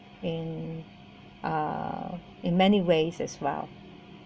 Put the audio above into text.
and uh in many ways as well